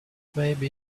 maybe